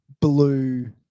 blue